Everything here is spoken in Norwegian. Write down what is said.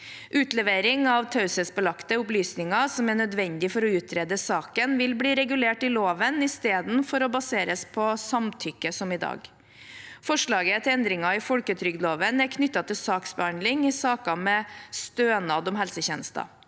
Utlevering av taushetsbelagte opplysninger som er nødvendige for å utrede saken, vil bli regulert i loven i stedet for å baseres på samtykke, som i dag. Forslaget til endringer i folketrygdloven er knyttet til saksbehandling i saker med stønad om helsetjenester.